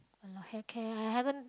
hair care I haven't